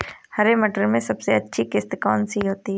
हरे मटर में सबसे अच्छी किश्त कौन सी होती है?